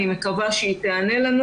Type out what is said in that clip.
אני מקווה שהיא תיענה לנו